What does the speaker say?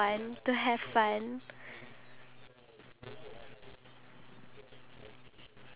the eh wait it actually decreases the amount of socialisation